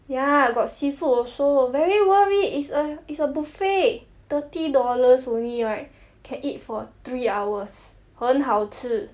ya got seafood also very worth it it's a it's a buffet thirty dollars only right can eat for three hours 很好吃